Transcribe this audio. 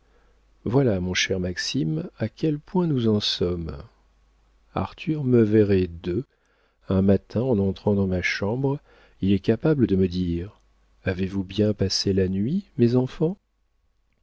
voilà mon cher maxime à quel point nous en sommes arthur me verrait deux un matin en entrant dans ma chambre il est capable de me dire avez-vous bien passé la nuit mes enfants